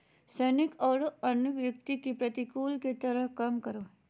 सैनिक औरो अन्य व्यक्ति के प्रतिकूल के तरह काम करो हइ